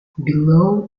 below